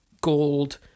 gold